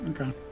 Okay